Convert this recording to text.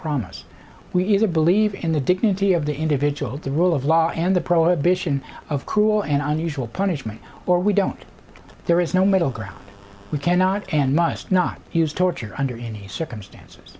promise we either believe in the dignity of the individual the rule of law and the prohibition of cruel and unusual punishment or we don't there is no middle ground we cannot and must not use torture under any circumstances